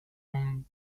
own